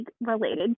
related